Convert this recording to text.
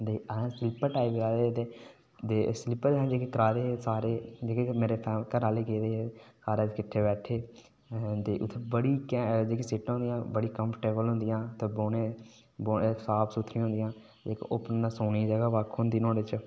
हां असें्स्लीपर कराए दे हे ते स्लीपर जेह्डे असें कराए दे हे सारे घरा आहले गेदे हे सारे किट्ठे बैठे उत्थै जेहडियां सीटां होंदियां बड़ियां कम्फर्टेबल होंदियां ते बौह्ने च साफ सुथरियां होंदियां कन्नै सौने दी जगह बक्ख होंदी नुहाड़े च